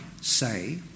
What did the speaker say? say